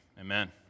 Amen